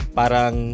parang